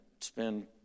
spend